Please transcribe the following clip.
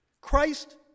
Christ